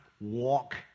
walk